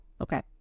Okay